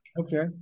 Okay